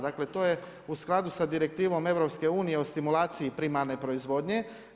Dakle to je u skladu sa Direktivom EU o stimulaciji primarne proizvodnje.